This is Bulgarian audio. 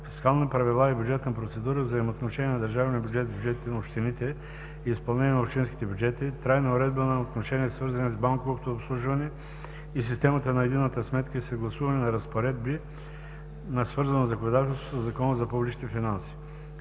фискални правила и бюджетна процедура; взаимоотношения на държавния бюджет с бюджетите на общините и изпълнение на общинските бюджети; трайна уредба на отношения, свързани с банковото обслужване и системата на единната сметка и съгласуване на разпоредби на свързано законодателство със Закона за публичните финанси.